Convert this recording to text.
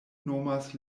nomas